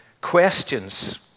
questions